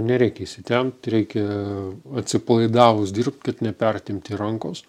nereikia įsitempt reikia atsipalaidavus dirbt kad nepertempti rankos